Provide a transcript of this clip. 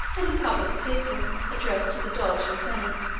in a public epistle, addressed to the doge and senate,